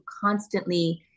constantly